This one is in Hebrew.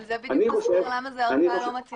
זה בדיוק מסביר למה זה לא מתאים.